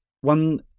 one